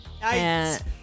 Nice